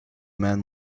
man